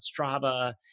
Strava